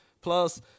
Plus